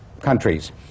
countries